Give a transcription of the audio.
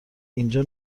اینجا